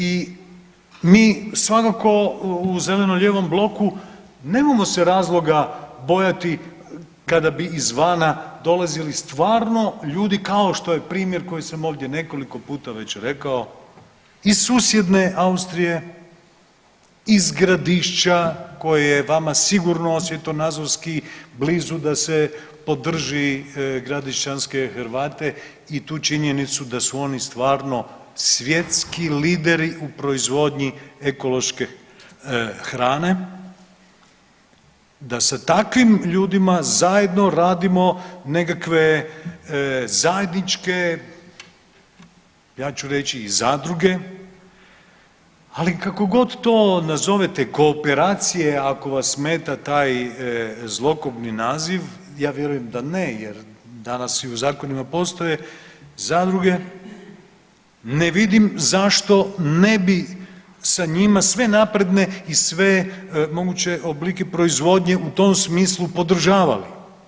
I mi svakako u zeleno-lijevom bloku nemamo se razloga bojati kada bi izvana dolazili stvarno ljudi kao što je primjer koji sam ovdje nekoliko puta već rekao, iz susjedne Austrije, iz Gradišća koje je vama sigurno svjetonazorski blizu da se podrži Gradišćanske Hrvate i tu činjenicu da su oni stvarno svjetski lideri u proizvodnji ekološke hrane, da sa takvim ljudima zajedno radimo nekakve zajedničke, ja ću reći i zadruge, ali kako god to nazovete kooperacije ako vas smeta taj zlokobni naziv, ja vjerujem da ne jer danas i u zakonima postoje zadruge, ne vidim zašto ne bi sa njima sve napredne i sve moguće oblike proizvodnje u tom smislu podržavali.